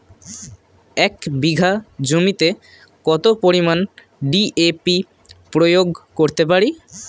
এক বিঘা জমিতে কত পরিমান ডি.এ.পি প্রয়োগ করতে পারি?